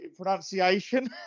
pronunciation